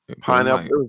Pineapple